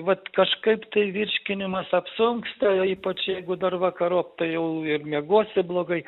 vat kažkaip tai virškinimas apsunksta ypač jeigu dar vakarop tai jau ir miegosi blogai